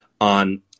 on